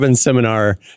seminar